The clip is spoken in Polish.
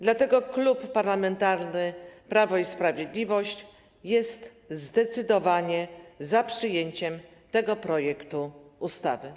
Dlatego Klub Parlamentarny Prawo i Sprawiedliwość jest zdecydowanie za przyjęciem tego projektu ustawy.